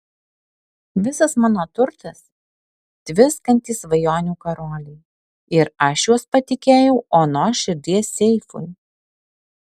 visas mano turtas tviskantys svajonių karoliai ir aš juos patikėjau onos širdies seifui